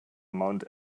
mount